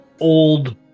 old